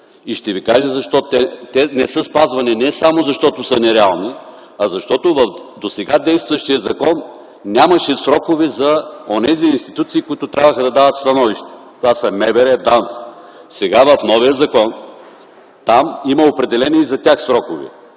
Ще ви кажа защо – те не са спазвани, не само защото са нереални, а защото в досега действащия закон нямаше срокове за онези институции, които трябваше да дават становище – това са МВР, ДАНС. Сега в новия закон има определени и за тях срокове.